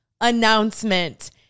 announcement